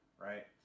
right